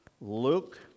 Luke